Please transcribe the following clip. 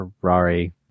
Ferrari